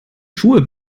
schuhe